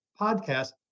podcast